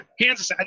Kansas